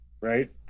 Right